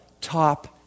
top